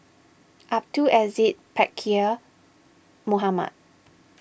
Abdul Aziz Pakkeer Mohamed